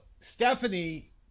Stephanie